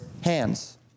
hands